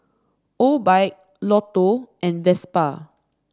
Obike Lotto and Vespa